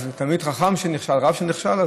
אז תלמיד חכם שנכשל או רב שנכשל,